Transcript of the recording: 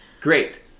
Great